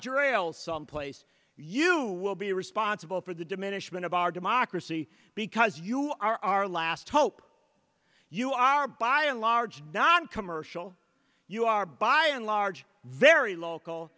ailes someplace you will be responsible for the diminishment of our democracy because you are our last hope you are by and large noncommercial you are by and large very local